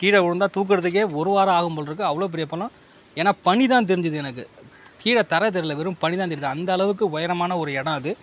கீழே விழுந்தா தூக்கிறதுக்கே ஒரு வாரம் ஆகும் போல்ருக்கு அவ்வளோ பெரிய பள்ளம் ஏன்னால் பனி தான் தெரிஞ்சுது எனக்கு கீழ தர தெரியல வெறும் பனி தான் தெரிஞ்சுது அந்த அளவுக்கு உயரமான ஒரு இடம் அது